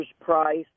price